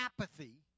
apathy